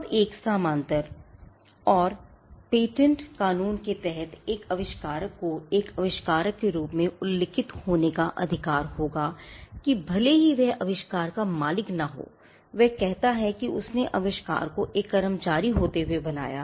अब एक समानांतर और पेटेंट कानून के तहत एक आविष्कारक को एक आविष्कारक के रूप में उल्लिखित होने का अधिकार होगा कि भले ही वह आविष्कार का मालिक न हो वह कहता है कि उसने आविष्कार को एक कर्मचारी होते हुए बनाया